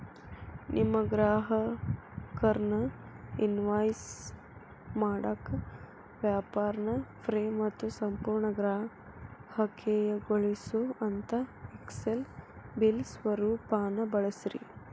ನಿಮ್ಮ ಗ್ರಾಹಕರ್ನ ಇನ್ವಾಯ್ಸ್ ಮಾಡಾಕ ವ್ಯಾಪಾರ್ನ ಫ್ರೇ ಮತ್ತು ಸಂಪೂರ್ಣ ಗ್ರಾಹಕೇಯಗೊಳಿಸೊಅಂತಾ ಎಕ್ಸೆಲ್ ಬಿಲ್ ಸ್ವರೂಪಾನ ಬಳಸ್ರಿ